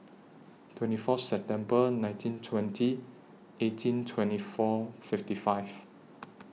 twenty four September nineteen twenty eighteen twenty four fifty five